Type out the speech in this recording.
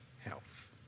health